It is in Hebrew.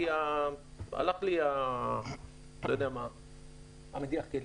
כי הלך לי המדיח כלים.